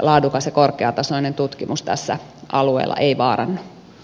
laadukas ja korkeatasoinen tutkimus tällä alueella ei vaarannu